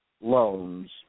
loans